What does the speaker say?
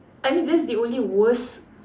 I mean that's the only worst